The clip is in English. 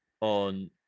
on